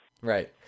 Right